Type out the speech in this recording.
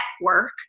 network